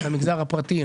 את המגזר הפרטי,